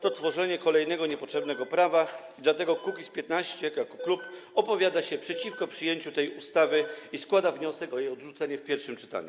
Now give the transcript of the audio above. To tworzenie kolejnego niepotrzebnego prawa, dlatego Kukiz’15 jako klub opowiada się przeciwko przyjęciu tej ustawy i składa wniosek o jej odrzucenie w pierwszym czytaniu.